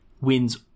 wins